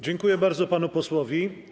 Dziękuję bardzo panu posłowi.